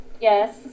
yes